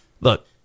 look